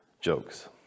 jokes